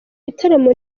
bitaramo